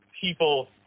people